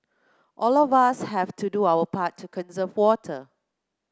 all of us have to do our part to conserve water